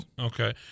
Okay